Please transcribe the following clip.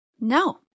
No